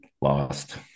lost